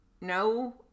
no